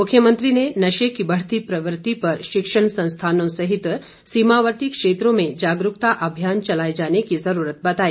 मुख्यमंत्री ने नशे की बढ़ती प्रवृत्ति पर शिक्षण संस्थानों सहित सीमावर्ती क्षेत्रों में जागरूकता अभियान चलाए जाने की जरूरत बताई